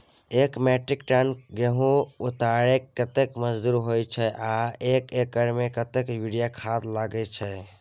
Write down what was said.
एक metric ton गेहूं उतारेके कतेक मजदूरी होय छै आर एक एकर में कतेक यूरिया खाद लागे छै?